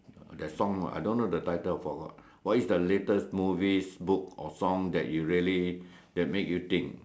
the song I don't know title I forgot what is the latest movie book or song that you really that make you think